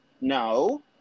no